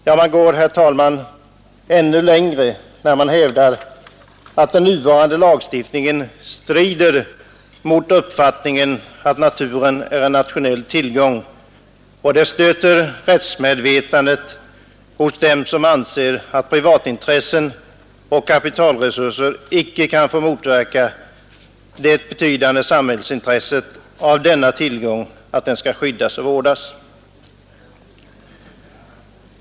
Men man går, herr talman, ännu längre när man hävdar att den nuvarande lagstiftningen strider mot uppfattningen att naturen är en nationell tillgång, och det stöter rättsmedvetandet hos dem som anser att privatintressen och kapitalresurser icke kan få motverka det betydande samhällsintresset av att denna tillgång skall skyddas och vårdas.